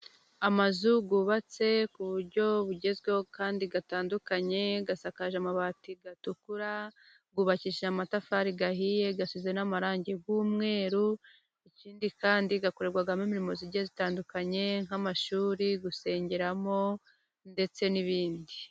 Amazu yubatse ku buryo bugezweho kandi atandukanye. Asakaje amabati atukura, yubakishije amatafari ahiye, asize n'amarangi y'umweru. Ikindi kandi akorerwamo imirimo igiye itandukanye nk'amashuri, gusengeramo ndetse n'ibindi.